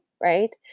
right